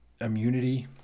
immunity